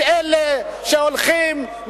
את אלה שהולכים,